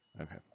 Okay